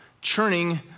churning